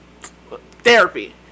Therapy